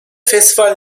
festival